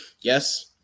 Yes